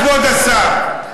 כבוד השר,